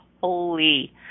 holy